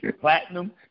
platinum